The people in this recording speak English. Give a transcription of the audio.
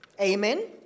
Amen